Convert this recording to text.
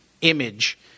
image